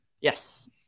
Yes